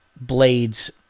blades